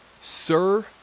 Sir